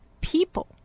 people